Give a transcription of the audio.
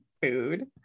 food